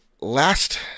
Last